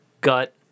gut